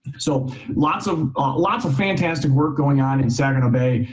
so lots of lots of fantastic work going on in saginaw bay.